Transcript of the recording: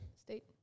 State